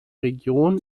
region